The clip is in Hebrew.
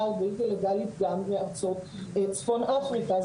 הבלתי לגליות גם מארצות צפון אפריקה.